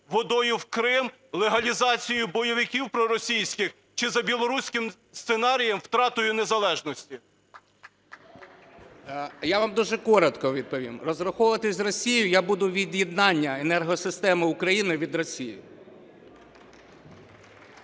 водою в Крим, легалізацією бойовиків проросійських чи за білоруським сценарієм втратою незалежності? 10:35:51 ГАЛУЩЕНКО Г.В. Я вам дуже коротко відповім. Розраховуватись з Росією я буду від'єднанням енергосистеми України від Росії.